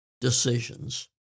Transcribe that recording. decisions